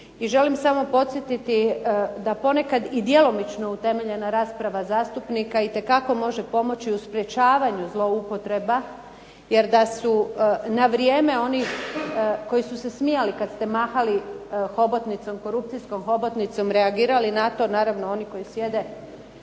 I želim samo podsjetiti da ponekad i djelomično utemeljena rasprava zastupnika itekako može pomoći u sprečavanju zloupotreba, jer da su na vrijeme oni koji su se smijali kada ste mahali korupcijskom hobotnicom reagirali na to, naravno oni koji sjede,